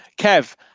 Kev